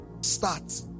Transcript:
Start